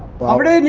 but already and